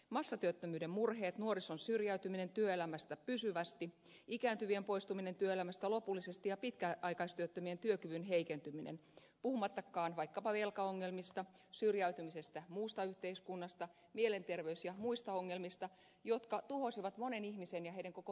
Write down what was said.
massatyöttömyyden murheet nuorison syrjäytyminen työelämästä pysyvästi ikääntyvien poistuminen työelämästä lopullisesti ja pitkäaikaistyöttömien työkyvyn heikentyminen puhumattakaan vaikkapa velkaongelmista syrjäytymisestä muusta yhteiskunnasta mielenterveys ja muista ongelmista jotka tuhosivat monen ihmisen ja heidän koko perheensä elämän